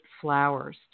flowers